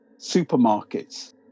supermarkets